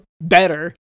better